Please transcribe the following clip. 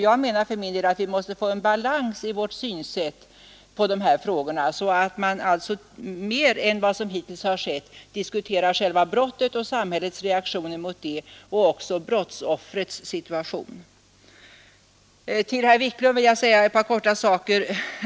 Jag menar att vi måste få en balans i vårt sätt att se på dessa frågor, så att man mer än vad som hittills skett diskuterar själva brottet och samhällets reaktioner mot det samt brottoffrets situation. Till herr Wiklund vill jag kort säga ett par saker.